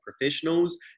professionals